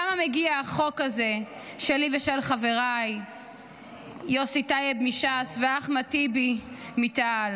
למה מגיע החוק הזה שלי ושל חבריי יוסי טייב מש"ס ואחמד טיבי מתע"ל,